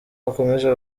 bakomeje